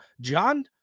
John